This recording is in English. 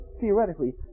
theoretically